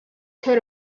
coat